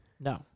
No